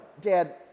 dad